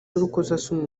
y’urukozasoni